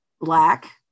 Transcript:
black